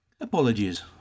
Apologies